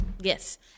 Yes